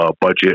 budget